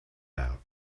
out